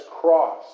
cross